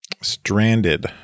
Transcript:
Stranded